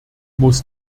muss